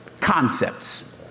concepts